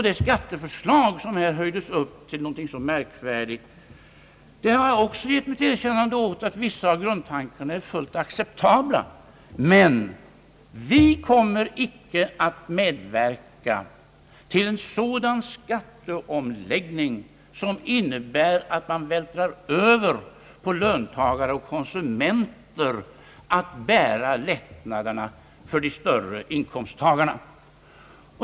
Det skatteförslag, som här höjdes upp till något så märkvärdigt, har jag också givit mitt erkännande åt. Vissa av grundtankarna är fullt acceptabla. Men vi kommer icke att medverka till en sådan skatteomläggning som innebär, att man vältrar över på löntagare och konsumenter att bära lättnader för de större inkomsttagarna.